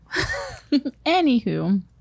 Anywho